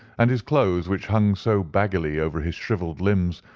and his clothes, which hung so baggily over his shrivelled limbs,